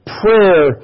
prayer